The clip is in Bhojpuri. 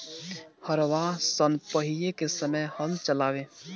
हरवाह सन पहिले के समय हल चलावें